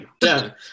done